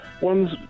one's